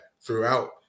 throughout